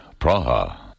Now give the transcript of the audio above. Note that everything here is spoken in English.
Praha